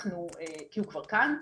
כי הוא כבר כאן.